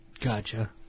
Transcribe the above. Gotcha